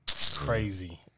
Crazy